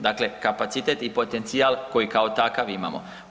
Dakle, kapacitet i potencijal koji kao takav imamo.